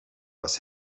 was